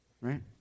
right